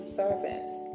servants